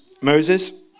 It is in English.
Moses